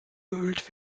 geölt